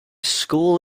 school